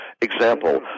Example